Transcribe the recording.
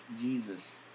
Jesus